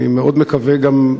אני מאוד מקווה גם,